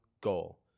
goal